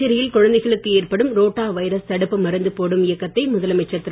புதுச்சேரியில் குழந்தைகளுக்கு ஏற்படும் ரோட்டா வைரஸ் தடுப்பு மருந்து போடும் இயக்கத்தை முதலமைச்சர் திரு